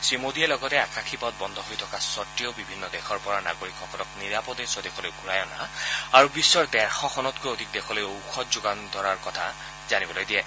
শ্ৰীমোদীয়ে লগতে আকাশীপথ বন্ধ হৈ থকা সত্বেও বিভিন্ন দেশৰ পৰা নাগৰিকসকলক নিৰাপদে স্বদেশলৈ ঘূৰাই অনা আৰু বিশ্বৰ ডেৰশ খনতকৈও অধিক দেশলৈ ঔষধৰ যোগান ধৰাৰ কথা জানিবলৈ দিয়ে